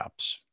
apps